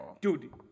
Dude